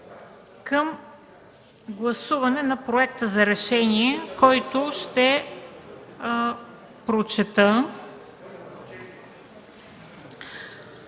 към гласуване на Проекта за решение, който ще прочета: